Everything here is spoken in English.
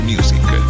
Music